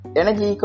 energy